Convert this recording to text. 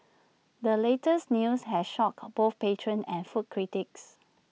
the latest news has shocked both patrons and food critics